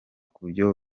kubyo